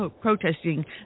protesting